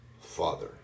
father